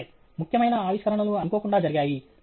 సరే ముఖ్యమైన ఆవిష్కరణలు అనుకోకుండా జరిగాయి